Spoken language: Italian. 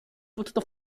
potuto